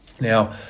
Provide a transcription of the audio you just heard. Now